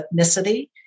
ethnicity